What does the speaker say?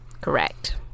correct